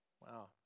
Wow